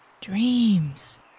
dreams